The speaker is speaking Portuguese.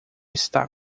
está